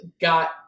got